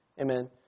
Amen